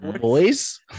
boys